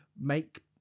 make